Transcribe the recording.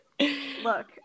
look